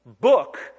book